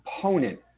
component